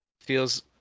feels